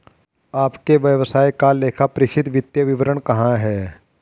आपके व्यवसाय का लेखापरीक्षित वित्तीय विवरण कहाँ है?